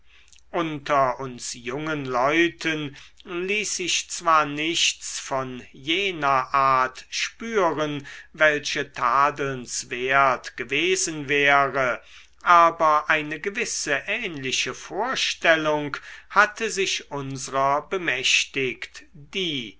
unter uns jungen leuten ließ sich zwar nichts von jener art spüren welche tadelnswert gewesen wäre aber eine gewisse ähnliche vorstellung hatte sich unsrer bemächtigt die